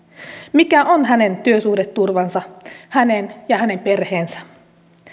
mikä on hänen työsuhdeturvansa hänen ja hänen perheensä